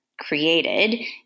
created